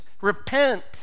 repent